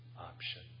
option